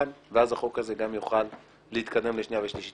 ואז החוק הזה גם יוכל להתקדם לשנייה ושלישית.